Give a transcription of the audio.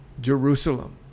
Jerusalem